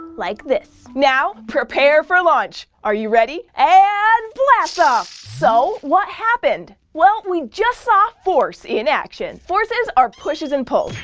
like this! now, prepare for launch! are you ready? and, blast off! so, what happened! well, we just saw force in action! forces are pushes and pulls,